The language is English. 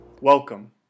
Welcome